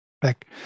back